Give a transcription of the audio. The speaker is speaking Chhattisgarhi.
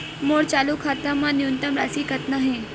मोर चालू खाता मा न्यूनतम राशि कतना हे?